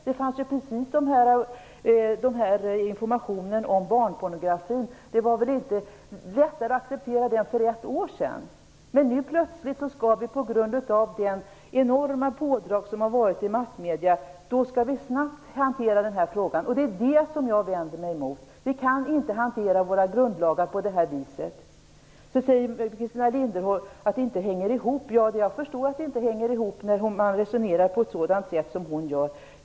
Det fanns samma information om barnpornografi då. Det var väl inte lättare att acceptera den för ett år sedan. Nu skall vi plötsligt på grund av det enorma pådrag som har varit i massmedierna hantera denna fråga snabbt. Det är det jag vänder mig emot. Vi kan inte hantera våra grundlagar på det viset. Christina Linderholm säger att det inte hänger ihop. Jag kan förstå att det inte hänger ihop när man resonerar som hon gör.